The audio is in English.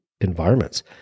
environments